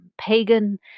pagan